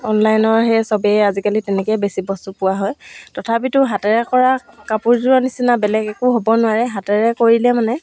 অনলাইনৰ সেই সবেই আজিকালি তেনেকেই বেছি বস্তু পোৱা হয় তথাপিতো হাতেৰে কৰা কাপোৰযোৰৰ নিচিনা বেলেগ একো হ'ব নোৱাৰে হাতেৰে কৰিলে মানে